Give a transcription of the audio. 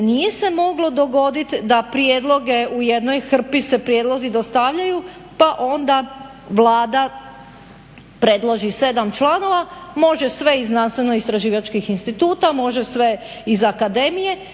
nije se moglo dogodit da prijedloge u jednoj hrpi se prijedlozi dostavljaju pa onda Vlada predloži 7 članova, može sve iz znanstveno-istraživačkih instituta, može sve iz akademije.